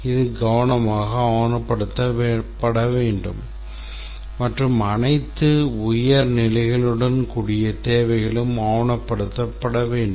இது கவனமாக ஆவணப்படுத்தப்பட வேண்டும் மற்றும் அனைத்து உயர்நிலைகளுடன் கூடிய தேவைகளும் ஆவணப்படுத்தப்பட வேண்டும்